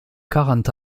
quarante